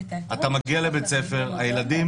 אתה מגיע לבית ספר, הילדים